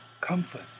comfort